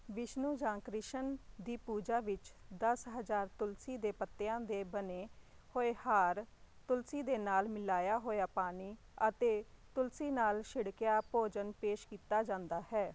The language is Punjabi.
ਵਿਸ਼ਨੂੰ ਜਾਂ ਕ੍ਰਿਸ਼ਨ ਦੀ ਪੂਜਾ ਵਿੱਚ ਦਸ ਹਜ਼ਾਰ ਤੁਲਸੀ ਦੇ ਪੱਤਿਆਂ ਦੇ ਬਣੇ ਹੋਏ ਹਾਰ ਤੁਲਸੀ ਦੇ ਨਾਲ ਮਿਲਾਇਆ ਹੋਇਆ ਪਾਣੀ ਅਤੇ ਤੁਲਸੀ ਨਾਲ ਛਿੜਕਿਆ ਭੋਜਨ ਪੇਸ਼ ਕੀਤਾ ਜਾਂਦਾ ਹੈ